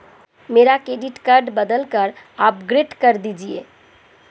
मेरा debit card बदलकर upgrade कर दीजिए